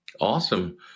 awesome